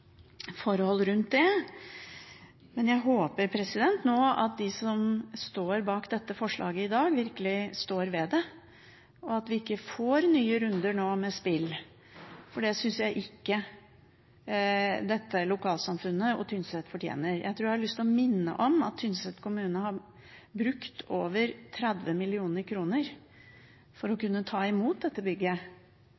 forhold rundt det. Men jeg håper nå at de som står bak dette forslaget i dag, virkelig står ved det, og at vi ikke nå får nye runder med spill. Det synes jeg ikke dette lokalsamfunnet og Tynset fortjener. Jeg tror jeg har lyst til å minne om at Tynset kommune har brukt over 30 mill. kr for å